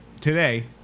Today